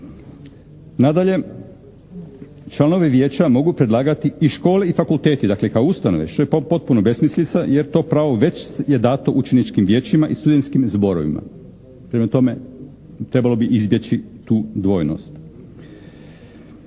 Nadalje članovi Vijeća mogu predlagati i škole i fakulteti dakle kao ustanove što je potpuno besmislica jer to pravo već je dato učeničkim vijećima i studentskim zborovima. Prema tome trebalo bi izbjeći tu dvojnost.